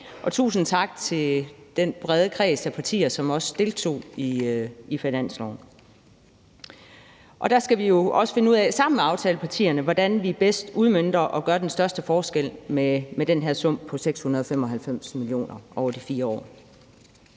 Og tusind tak til den brede kreds af partier, som også deltog i finansloven. Der skal vi jo også finde ud af sammen med aftalepartierne, hvordan vi bedst udmønter og gør den største forskel med den her sum på 695 mio. kr. over de 4 år.